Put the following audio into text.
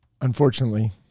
Unfortunately